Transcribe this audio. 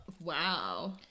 Wow